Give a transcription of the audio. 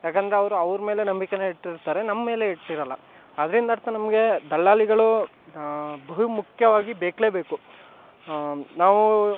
ಯಾಕೆಂದ್ರೆ ಅವರು ಅವರ್ಮೇಲೆ ನಂಬಿಕೆನ ಇಟ್ಟಿರ್ತಾರೆ ನಮ್ಮೇಲೆ ಇಟ್ಟಿರೋಲ್ಲ ಅದರಿಂದರ್ಥ ನಮಗೆ ದಲ್ಲಾಳಿಗಳು ಬಹುಮುಖ್ಯವಾಗಿ ಬೇಕೇಬೇಕು ನಾವು